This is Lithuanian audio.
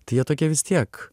tai jie tokie vis tiek